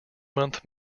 month